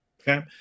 okay